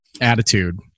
attitude